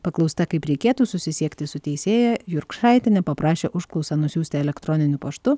paklausta kaip reikėtų susisiekti su teisėja jurkšaitienė paprašė užklausą nusiųsti elektroniniu paštu